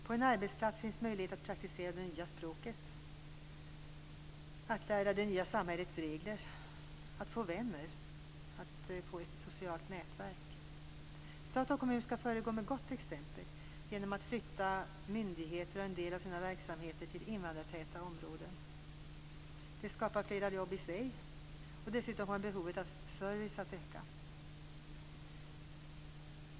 På en arbetsplats finns möjlighet att praktisera det nya språket, att lära sig det nya samhällets regler, att få vänner, att få ett socialt nätverk. Stat och kommun skall föregå med gott exempel genom att flytta myndigheter och en del av sina verksamheter till invandrartäta områden. Det skapar fler jobb i sig, och dessutom kommer behovet av service att öka.